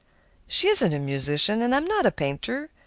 she isn't a musician, and i'm not a painter.